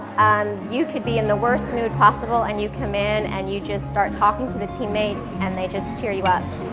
and you could be in the worst mood possible and you come in and you just start talking to the teammates and they just cheer you up.